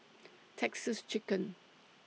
Texas Chicken